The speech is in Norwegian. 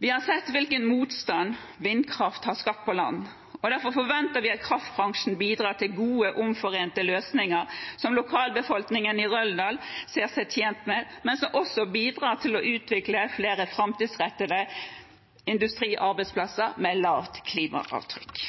Vi har sett hvilken motstand vindkraft har skapt på land. Derfor forventer vi at kraftbransjen bidrar til gode omforente løsninger som lokalbefolkningen i Røldal ser seg tjent med, men som også bidrar til å utvikle flere framtidsrettede industriarbeidsplasser med lavt klimaavtrykk.